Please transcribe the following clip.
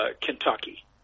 Kentucky